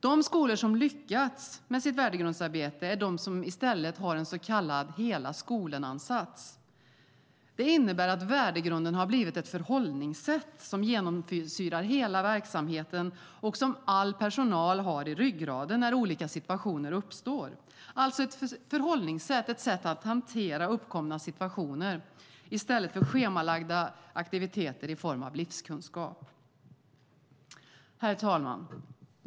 De skolor som lyckats med sitt värdegrundsarbete är de som i stället har en så kallad hela-skolan-ansats. Det innebär att värdegrunden har blivit ett förhållningssätt som genomsyrar hela verksamheten och som all personal har i ryggraden när olika situationer uppstår, alltså ett förhållningssätt, ett sätt att hantera uppkomna situationer i stället för schemalagda aktiviteter i till exempel livskunskap. Herr talman!